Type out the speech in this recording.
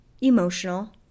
emotional